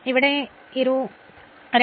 അതിനാൽ 2